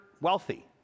wealthy